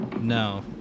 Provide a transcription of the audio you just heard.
No